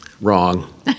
Wrong